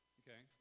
okay